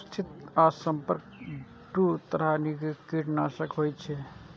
व्यवस्थित आ संपर्क दू तरह कीटनाशक होइ छै